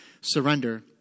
surrender